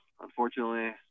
unfortunately